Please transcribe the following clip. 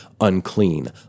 unclean